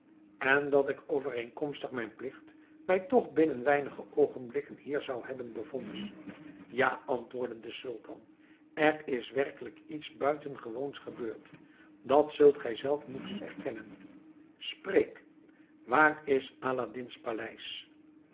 en dat ik overeenkomstig mijn plicht mij toch binnen weinige oogenblikken hier zou hebben bevonden ja antwoordde de sultan er is werkelijk iets buitengewoons gebeurd dat zult gij zelf moeten erkennen spreek waar is aladdin's paleis